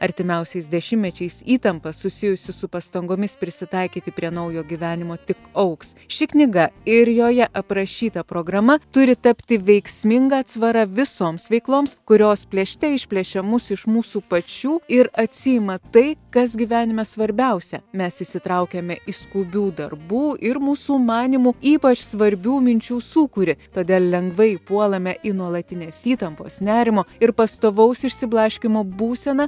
artimiausiais dešimtmečiais įtampa susijusi su pastangomis prisitaikyti prie naujo gyvenimo tik augs ši knyga ir joje aprašyta programa turi tapti veiksminga atsvara visoms veikloms kurios plėšte išplėšia mus iš mūsų pačių ir atsiima tai kas gyvenime svarbiausia mes įsitraukiame į skubių darbų ir mūsų manymu ypač svarbių minčių sūkurį todėl lengvai puolame į nuolatinės įtampos nerimo ir pastovaus išsiblaškymo būseną